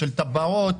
של טבעות,